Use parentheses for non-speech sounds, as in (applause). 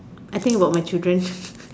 I think about my children (breath)